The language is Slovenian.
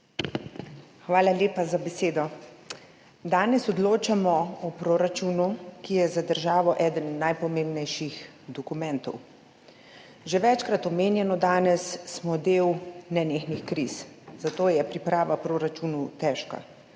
Hvala lepa za besedo. Danes odločamo o proračunu ki je za državo eden najpomembnejših dokumentov. Že večkrat je bilo danes omenjeno, da smo del nenehnih kriz, zato je priprava proračunov težka.